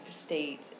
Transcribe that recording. state